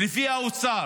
לפי האוצר,